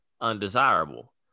undesirable